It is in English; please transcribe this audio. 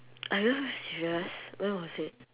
are you serious when was it